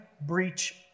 breach